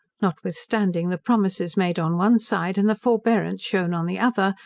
notwithstanding the promises made on one side, and the forbearance shewn on the other,